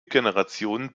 generationen